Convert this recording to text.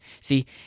See